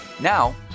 Now